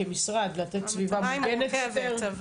כמשרד לתת סביבה מוגנת יותר?